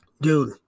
dude